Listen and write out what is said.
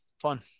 fun